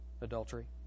Adultery